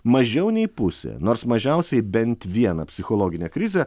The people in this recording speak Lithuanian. mažiau nei pusė nors mažiausiai bent vieną psichologinę krizę